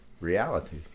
reality